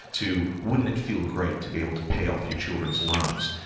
to wouldn't it feel great to be able to pay off your children's loans?